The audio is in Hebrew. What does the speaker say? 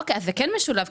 אז זה כן משולב,